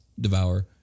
devour